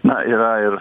na yra ir